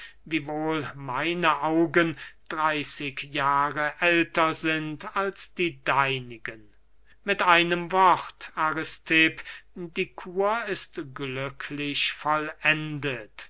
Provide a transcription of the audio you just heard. wiewohl meine augen dreyßig jahre älter sind als die deinigen mit einem wort aristipp die kur ist glücklich vollendet